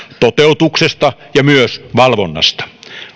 toteutuksesta ja myös valvonnasta